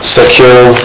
secure